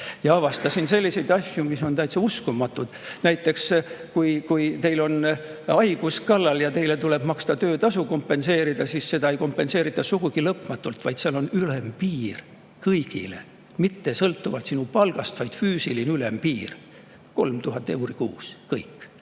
ja avastasin selliseid asju, mis on täitsa uskumatud. Näiteks, kui teil on haigus kallal ja teile tuleb töötasu kompenseerida, siis seda ei kompenseerita sugugi lõpmatult, vaid seal on ülempiir kõigile, mitte sõltuvalt sinu palgast, vaid on füüsiline ülempiir, [umbes] 3000 eurot kuus, vahet